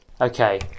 Okay